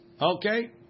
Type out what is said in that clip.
Okay